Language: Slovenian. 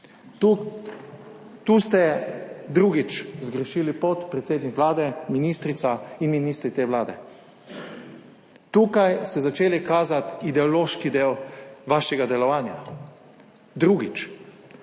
Tu ste drugič zgrešili podpredsednik Vlade, ministrica in ministri te vlade. Tukaj ste začeli kazati ideološki del vašega delovanja drugič.